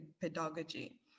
pedagogy